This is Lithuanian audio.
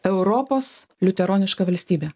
europos liuteroniška valstybė